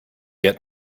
get